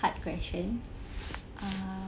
question